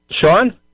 Sean